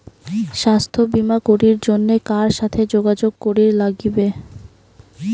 স্বাস্থ্য বিমা করির জন্যে কার সাথে যোগাযোগ করির নাগিবে?